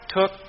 took